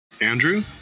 Andrew